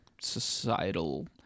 societal